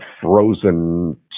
frozen